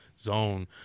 zone